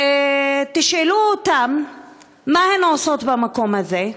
ותשאלו אותן מה הן עושות במקום הזה,